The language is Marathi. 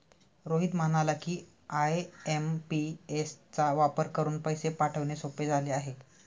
रोहित म्हणाला की, आय.एम.पी.एस चा वापर करून पैसे पाठवणे सोपे झाले आहे